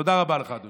תודה רבה לך, אדוני.